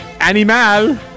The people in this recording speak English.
Animal